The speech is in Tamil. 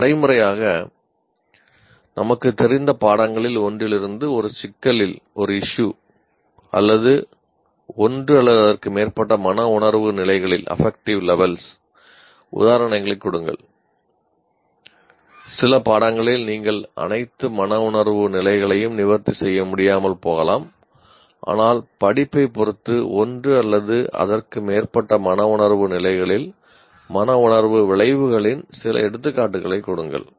ஒரு நடைமுறையாக நமக்குத் தெரிந்த பாடங்களில் ஒன்றிலிருந்து ஒரு சிக்கலில் உதாரணங்களைக் கொடுங்கள் சில பாடங்களில் நீங்கள் அனைத்து மனவுணர்வு நிலைகளையும் நிவர்த்தி செய்ய முடியாமல் போகலாம் ஆனால் படிப்பைப் பொறுத்து ஒன்று அல்லது அதற்கு மேற்பட்ட மனவுணர்வு நிலைகளில் மனவுணர்வு விளைவுகளின் சில எடுத்துக்காட்டுகளைக் கொடுங்கள்